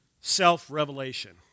self-revelation